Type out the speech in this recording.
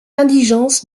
indigence